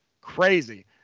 Crazy